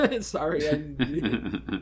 Sorry